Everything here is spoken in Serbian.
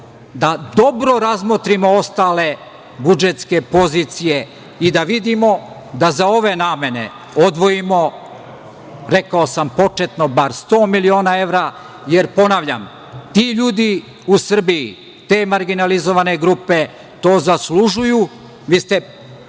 da dobro razmotrimo ostale budžetske pozicije i da vidimo da za ove namene odvojimo, rekao sam početno bar 100 miliona evra, jer ponavljam ti ljudi u Srbiji, te marginalizovane grupe to zaslužuju, vi ste postavili